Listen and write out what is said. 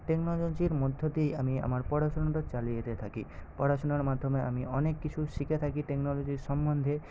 টেকনোলজির মধ্য দিয়েই আমি আমার পড়াশোনাটা চালিয়ে যেতে থাকি পড়াশোনার মাধ্যমে আমি অনেক কিছু শিখে থাকি টেকনোলজির সম্বন্ধে